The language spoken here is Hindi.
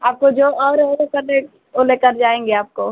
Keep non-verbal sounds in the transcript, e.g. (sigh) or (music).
आपको जो और हो (unintelligible) ओ लेकर जाएंगे आपको